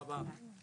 הישיבה ננעלה בשעה